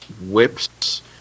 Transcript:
whips